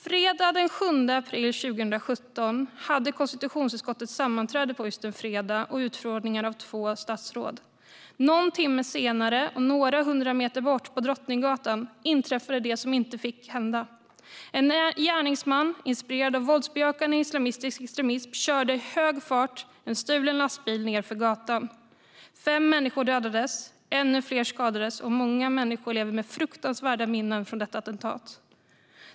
Fredagen den 7 april 2017 hade konstitutionsutskottet sammanträde och utfrågningar av två statsråd. Någon timme senare och några hundra meter bort, på Drottninggatan, inträffade det som inte fick hända. En gärningsman, inspirerad av våldsbejakande islamistisk extremism, körde i hög fart en stulen lastbil ned för gatan. Fem människor dödades. Ännu fler skadades, och många människor lever med fruktansvärda minnen från detta attentat.